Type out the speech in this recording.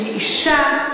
שהיא אישה,